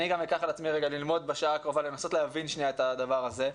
אני גם אקח על עצמי ללמוד בשעה הקרובה ולנסות להבין את הדבר הזה.